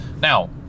Now